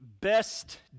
best